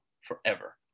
forever